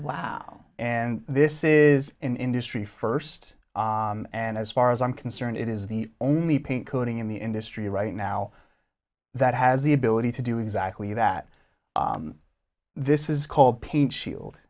wow and this is an industry first and as far as i'm concerned it is the only paint coating in the industry right now that has the ability to do exactly that this is called paint shield